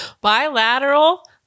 bilateral